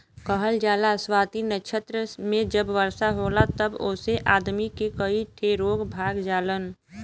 कहल जाला स्वाति नक्षत्र मे जब वर्षा होला तब ओसे आदमी के कई ठे रोग भाग जालन